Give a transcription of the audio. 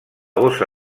bossa